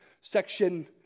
section